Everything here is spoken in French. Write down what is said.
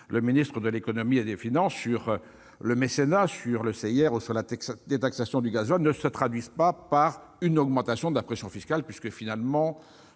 le ministre de l'économie et des finances sur le mécénat, le CIR ou la détaxation du gazole ne se traduisent pas par une augmentation de la pression fiscale- en définitive,